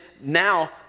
now